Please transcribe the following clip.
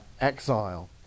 Exile